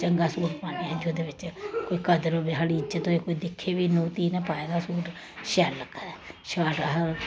चंगा सूट पान्ने अस जेह्दे बिच्च कोई कदर होवे साढ़ी इज्जत होए कोई दिक्खे बी नूंह् धीऽ ने पाए दा सूट शैल लग्गा दा ऐ शार्ट अस ओह्